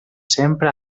sempre